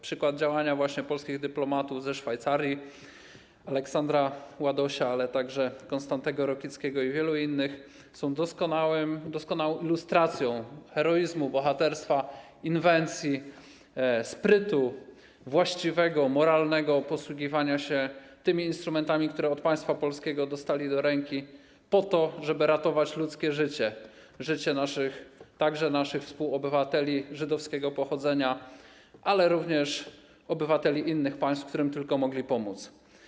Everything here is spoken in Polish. Przykład działania właśnie polskich dyplomatów ze Szwajcarii, Aleksandra Ładosia, ale także Konstantego Rokickiego i wielu innych, jest doskonałą ilustracją heroizmu, bohaterstwa, inwencji, sprytu, właściwego, moralnego posługiwania się tymi instrumentami, które od państwa polskiego dostali do ręki po to, żeby ratować ludzkie życie, także życie naszych współobywateli żydowskiego pochodzenia, ale również obywateli innych państw, którym tylko mogli pomóc.